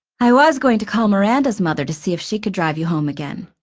i was going to call miranda's mother to see if she could drive you home again,